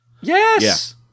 Yes